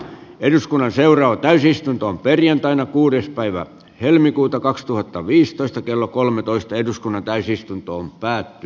eduskunnan seuraa täysistuntoon perjantaina kuudes päivä helmikuuta kaksituhattaviisitoista kello kolmetoista eduskunnan vienyt eteenpäin